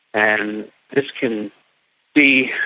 and this can be